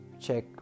check